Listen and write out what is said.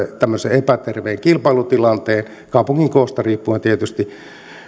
tämmöisen epäterveen kilpailutilanteen kaupungin koosta riippuen tietysti